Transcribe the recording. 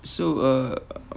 so err